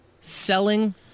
Selling